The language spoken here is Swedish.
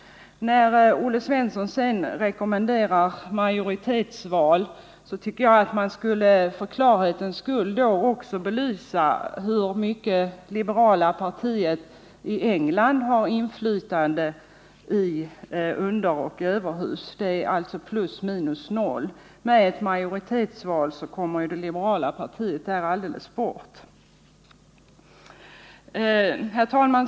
När Olle Svensson rekommenderar majoritetsval tycker jag att man för klarhetens skull också bör belysa i hur hög grad det liberala partiet i England har inflytande i underhuset och överhuset. Dess inflytande är plus minus noll. Med majoritetsval kommer det liberala partiet där helt bort. Herr talman!